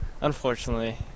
unfortunately